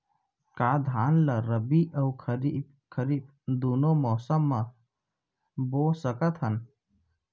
का धान ला रबि अऊ खरीफ दूनो मौसम मा बो सकत हन?